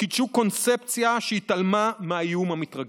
וקידשו קונספציה שהתעלמה מהאיום המתרגש.